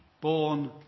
born